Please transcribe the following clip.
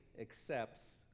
accepts